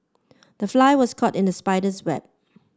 the fly was caught in the spider's web